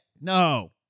No